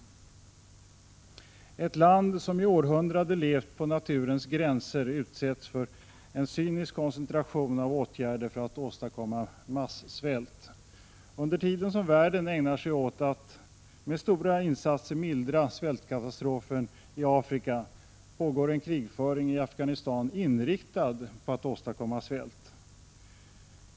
Ett land som i århundraden har levt på naturens resurser, men på gränsen till svält, utsätts för en cynisk koncentration av åtgärder avsedda att åstadkomma massvält. Under tiden som världen ägnar sig åt att med stora insatser mildra svältkatastrofen i Afrika pågår en krigföring i Afghanistan inriktad på att åstadkomma svält.